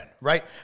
right